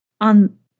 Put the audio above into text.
on